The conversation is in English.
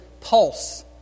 pulse